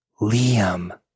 Liam